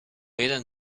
jeden